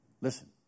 Listen